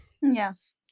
yes